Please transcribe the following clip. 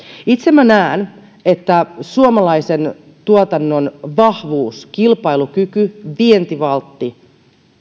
itse minä näen että suomalaisen tuotannon vahvuus kilpailukyky vientivaltti